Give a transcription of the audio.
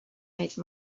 made